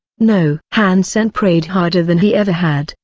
no! han sen prayed harder than he ever had,